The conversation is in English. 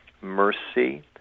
mercy